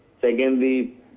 Secondly